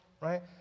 right